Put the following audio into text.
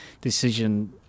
decision